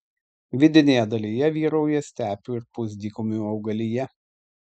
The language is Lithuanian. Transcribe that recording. vidinėje dalyje vyrauja stepių ir pusdykumių augalija